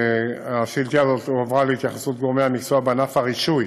השאילתה הזאת הועברה להתייחסות גורמי המקצוע באגף הרישוי,